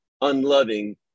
unloving